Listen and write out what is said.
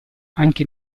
anche